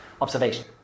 Observation